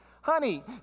Honey